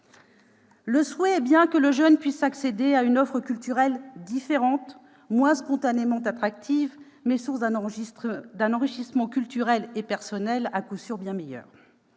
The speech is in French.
souhait est bien que le jeune puisse accéder à une offre culturelle différente, moins spontanément attractive, mais source d'un enrichissement culturel et personnel à coup sûr bien meilleur.